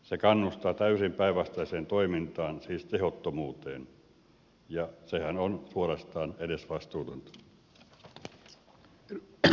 se kannustaa täysin päinvastaiseen toimintaan siis tehottomuuteen ja sehän on suorastaan edesvastuutonta